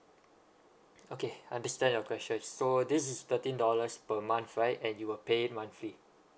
okay understand your question so this is thirteen dollars per month right and you will pay it monthly